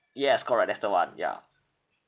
yes correct that's the one ya